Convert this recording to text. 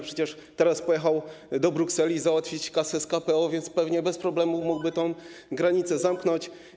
Przecież teraz pojechał do Brukseli załatwić kasę z KPO, więc pewnie bez problemu mógłby tę granicę zamknąć.